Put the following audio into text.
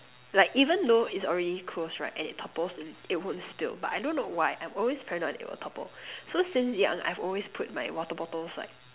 like even though it's already close right and it topples it wouldn't spill but I don't know why I'm always paranoid that it would topple so since young I've always put my water bottles like